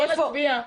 בואו נצביע,